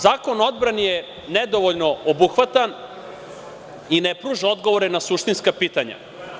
Zakon o odbrani je nedovoljno obuhvatan i ne pruža odgovore na suštinska pitanja.